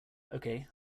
okay